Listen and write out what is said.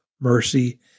mercy